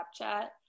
Snapchat